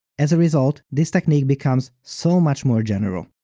as a result, this technique becomes so much more general.